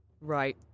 right